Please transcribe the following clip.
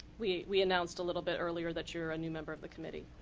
we we announced a little bit earlier that you're a new member of the committee.